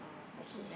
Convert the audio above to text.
okay